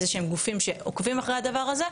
איזה שהם גופים שעוקבים אחרי הדבר הזה,